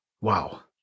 wow